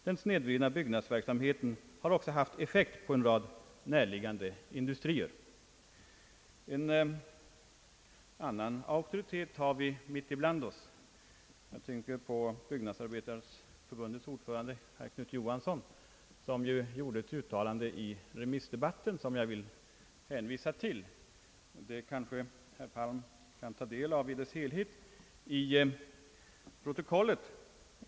Den snedvridna byggnadsverksamheten har också haft effekt på en rad närliggande industrier.» En annan auktoritet har vi mitt ibland oss — jag tänker på Byggnadsarbetareförbundets ordförande herr Knut Johansson, vilken under remissdebatten gjorde ett uttalande som jag vill hänvisa till. Herr Palm kan ta del av det i dess helhet i protokollet.